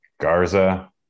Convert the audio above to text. Garza